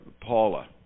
Paula